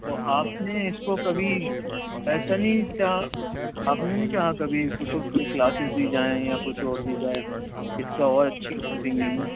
تو آپ نے اس کو کبھی ایسا نہیں چاہا آپ نے نہیں چاہا کبھی کچھ کوئی کلاسیز دی جائیں یا کچھ اور دی جائے اس کا اور اچھی ہو سنگنگ